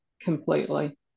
completely